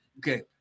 Okay